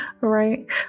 Right